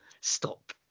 Stop